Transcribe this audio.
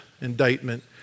indictment